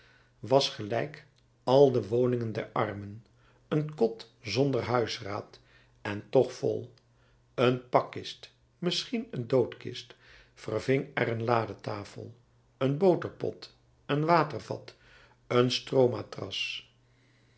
was gelijk al de woningen der armen een kot zonder huisraad en toch vol een pakkist misschien een doodkist verving er een ladetafel een boterpot een watervat een stroomatras